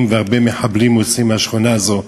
והרבה מחבלים יוצאים מהשכונה הזאת.